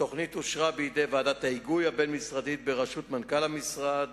התוכנית אושרה בוועדת ההיגוי הבין-משרדית בראשות מנכ"ל המשרד,